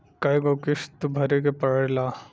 कय गो किस्त भरे के पड़ेला?